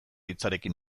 hitzarekin